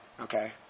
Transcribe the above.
okay